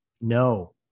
No